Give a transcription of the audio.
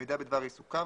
מידע בדבר עיסוקיו,